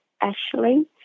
Ashley